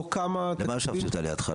למה הושבתי אותה לידך?